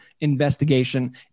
investigation